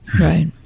right